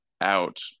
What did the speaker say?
out